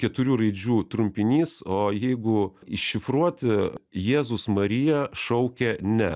keturių raidžių trumpinys o jeigu iššifruoti jėzus marija šaukia ne